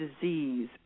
disease